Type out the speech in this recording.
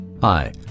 Hi